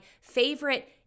favorite